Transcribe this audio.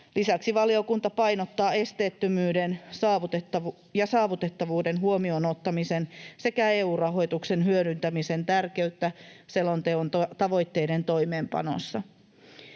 Lisäksi valiokunta painottaa esteettömyyden ja saavutettavuuden huomioon ottamisen sekä EU-rahoituksen hyödyntämisen tärkeyttä selonteon tavoitteiden toimeenpanossa.